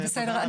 אבל בסדר.